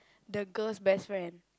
the girl's best friend